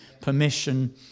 permission